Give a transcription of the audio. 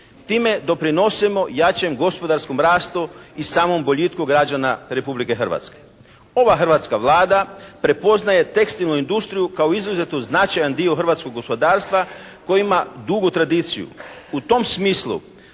Time doprinosimo jačem gospodarskom rastu i samom boljitku građana Republike Hrvatske. Ova hrvatska Vlada prepoznaje tekstilnu industriju kao izuzetno značajan dio hrvatskog gospodarstva koji ima dugu tradiciju.